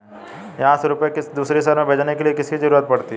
यहाँ से रुपये किसी दूसरे शहर में भेजने के लिए किसकी जरूरत पड़ती है?